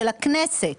של הכנסת.